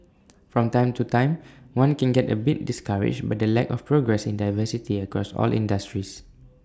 from time to time one can get A bit discouraged by the lack of progress in diversity across all industries